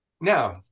Now